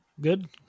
good